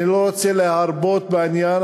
אני לא רוצה להרבות במילים בעניין.